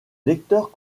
lecteur